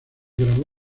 grabó